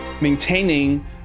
maintaining